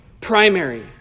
primary